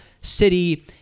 city